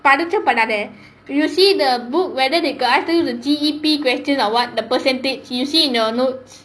படிச்சும் பண்ணாதே:padichchum pannaathae if you see the book whether they got ask you the G_D_P questions or what the percentage you see in your notes